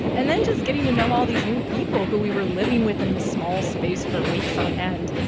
and then just getting to know all these new people who we were living with in this small space for weeks on end.